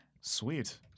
sweet